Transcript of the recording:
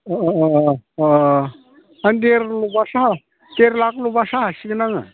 अ अ अ आं देरलाख ल'बासो हासिगोन आङो